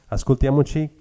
Ascoltiamoci